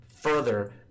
further